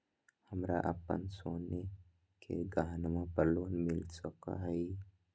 हमरा अप्पन सोने के गहनबा पर लोन मिल सको हइ?